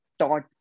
taught